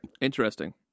Interesting